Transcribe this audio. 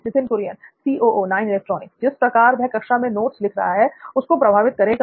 नित्थिन कुरियन जिस प्रकार वह कक्षा में नोट्स लिख रहा है उसको प्रभावित करेगा